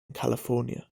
california